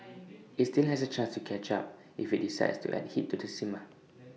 IT still has A chance to catch up if IT decides to add heat to the simmer